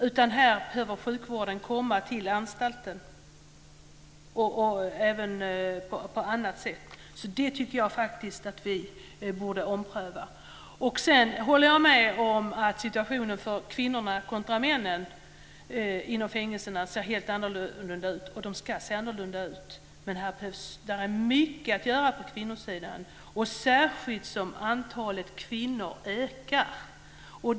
I stället behöver sjukvården komma till anstalten och på annat sätt. Det tycker jag faktiskt att vi borde ompröva. Jag håller med om att situationen för kvinnorna kontra männen inom fängelserna ser helt annorlunda ut, och det ska de göra. Men det finns mycket att göra på kvinnosidan, särskilt som antalet kvinnor ökar.